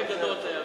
זה שיר הפלמ"ח.